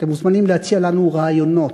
אתם מוזמנים להציע לנו רעיונות,